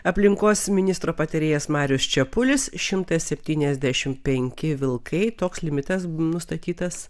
aplinkos ministro patarėjas marius čepulis šimtas septyniasdešimt penki vilkai toks limitas nustatytas